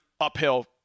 uphill